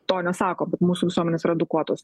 to nesako bet mūsų visuomenės yra edukuotos